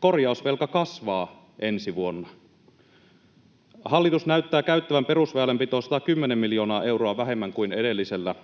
korjausvelka kasvaa ensi vuonna. Hallitus näyttää käyttävän perusväylänpitoon 110 miljoonaa euroa vähemmän kuin edellisellä